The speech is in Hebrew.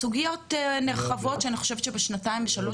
סוגיות נרחבות שאני חושבת שבשנתיים שלוש